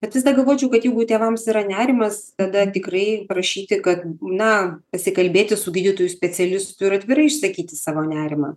bet vis dar galvočiau kad jeigu tėvams yra nerimas tada tikrai prašyti kad na pasikalbėti su gydytoju specialistu ir atvirai išsakyti savo nerimą